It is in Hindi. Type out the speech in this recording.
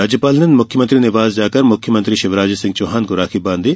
राज्यपाल ने मुख्यमंत्री निवास जाकर मुख्यमंत्री शिवराज सिंह चौहान को राखी बांधी